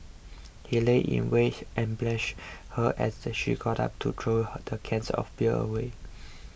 he lay in wait and ambushed her as she got up to throw the cans of beer away